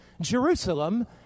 Jerusalem